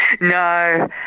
No